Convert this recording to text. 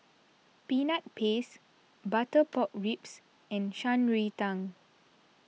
Peanut Paste Butter Pork Ribs and Shan Rui Tang